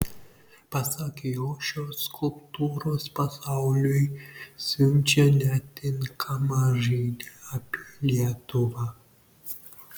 pasak jo šios skulptūros pasauliui siunčia netinkamą žinią apie lietuvą